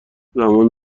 زمان